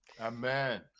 Amen